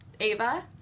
Ava